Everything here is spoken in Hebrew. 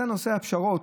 אז זה נושא הפשרות,